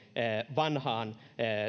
vanhaan